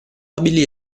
abili